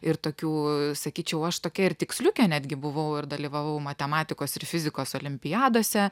ir tokių sakyčiau aš tokia ir tiksliukė netgi buvau ir dalyvavau matematikos ir fizikos olimpiadose